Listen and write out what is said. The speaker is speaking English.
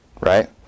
right